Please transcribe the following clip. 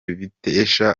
bitesha